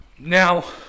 Now